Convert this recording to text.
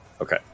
Okay